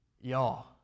y'all